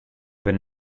been